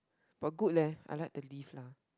but good leh I like the lift lah